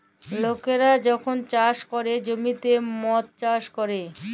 লকরা যখল চাষ ক্যরে জ্যমিতে মদ চাষ ক্যরে